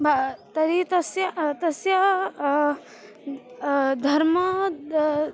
ब तर्हि तस्य तस्य धर्म दा